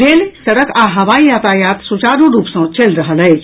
rail सड़क आ हवाई यातायात सुचारू रूप सँ चलि रहल अछि